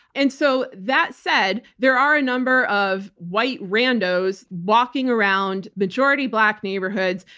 and so, that said, there are a number of white randos walking around majority-black neighborhoods,